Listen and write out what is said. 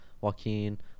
Joaquin